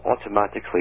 automatically